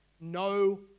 no